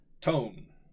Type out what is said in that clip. tone